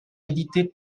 éditées